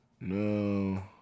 No